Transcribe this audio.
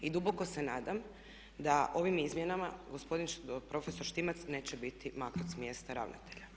I duboko se nadam da ovim izmjenama gospodin prof. Štimac neće biti maknut s mjesta ravnatelja.